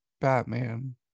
batman